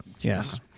Yes